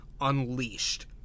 unleashed